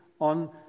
on